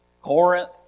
Corinth